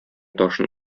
ташын